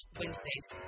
wednesdays